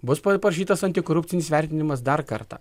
bus parašytas antikorupcinis vertinimas dar kartą